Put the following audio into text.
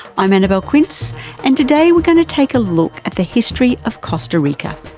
i'm annabelle quince and today we're going to take a look at the history of costa rica.